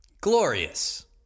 Glorious